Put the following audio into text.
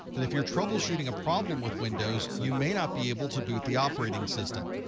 but if you're troubleshooting a problem with windows, you may not be able to boot the operating system.